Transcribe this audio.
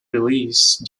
release